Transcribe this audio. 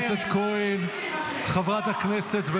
ככה אתה מדבר על היועמש"ית?